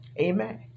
amen